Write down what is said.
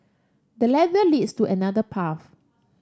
the ladder leads to another path